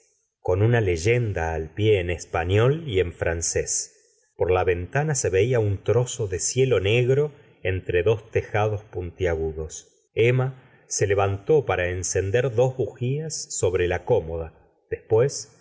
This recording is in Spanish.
con una leyenda al pie en español y en francés por la ventana se veía un trozo de cielo negro entre dos tejados puntiagudos emma se levantó para encender dos bujías sobre la cómoda después